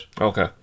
Okay